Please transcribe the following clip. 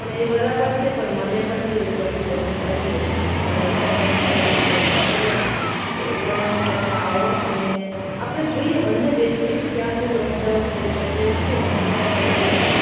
પણ એ બરાબર છે પણ મને પણ જે ઉપરથી બજેટ આવ્યું હોય મારે એમાં પણ થોડું સેટિંગ કરવાનું હોય તો એ પ્રમાણે તમે આવો અને આપણે જોઈએ બંને બેસીએ ક્યાં થોડું અપડાઉન થઈ શકે એવું છે બરાબર છે